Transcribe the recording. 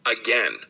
again